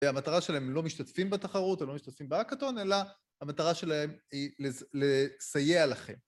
והמטרה שלהם לא משתתפים בתחרות או לא משתתפים בהקאטון, אלא המטרה שלהם היא לסייע לכם.